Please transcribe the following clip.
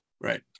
Right